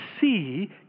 see